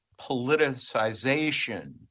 politicization